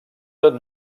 tot